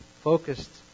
focused